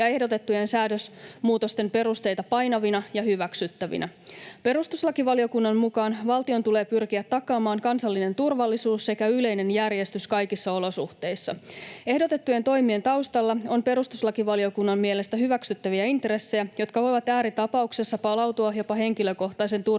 ja ehdotettujen säädösmuutosten perusteita painavina ja hyväksyttävinä. Perustuslakivaliokunnan mukaan valtion tulee pyrkiä takaamaan kansallinen turvallisuus sekä yleinen järjestys kaikissa olosuhteissa. Ehdotettujen toimien taustalla on perustuslakivaliokunnan mielestä hyväksyttäviä intressejä, jotka voivat ääritapauksessa palautua jopa henkilökohtaisen turvallisuuden